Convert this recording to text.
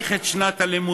מאריך את שנת הלימודים,